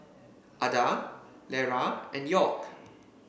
Adah Lera and York